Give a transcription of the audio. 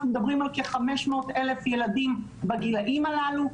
אנחנו מדברים על כ-500,000 ילדים בגילאים הללו.